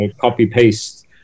copy-paste